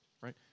right